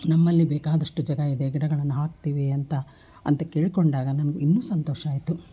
ನಮ್ಮಲ್ಲಿ ಬೇಕಾದಷ್ಟು ಜಾಗ ಇದೆ ಗಿಡಗಳನ್ನು ಹಾಕ್ತೀವಿ ಅಂತ ಅಂತ ಕೇಳಿಕೊಂಡಾಗ ನನ್ಗೆ ಇನ್ನೂ ಸಂತೋಷ ಆಯಿತು